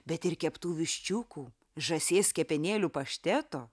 bet ir keptų viščiukų žąsies kepenėlių pašteto